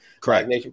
Correct